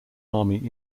army